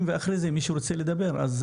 ואז אחרי זה אם מישהו ירצה לדבר אז,